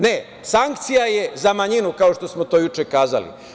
Ne, sankcija je za manjinu kao što smo juče kazali.